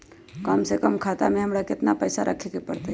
कम से कम खाता में हमरा कितना पैसा रखे के परतई?